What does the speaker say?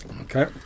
Okay